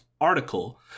article